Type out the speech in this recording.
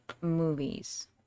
movies